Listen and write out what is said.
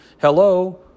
Hello